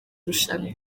rushanwa